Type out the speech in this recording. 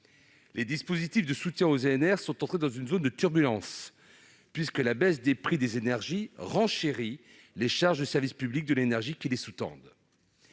Les dispositifs de soutien aux EnR sont entrés dans une zone de turbulences, puisque la baisse des prix des énergies renchérit les charges de service public de l'énergie qui les sous-tendent.